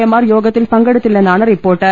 A മാർ യോഗത്തിൽ പങ്കെടുത്തില്ലെന്നാണ് റിപ്പോർട്ട്